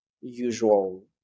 usual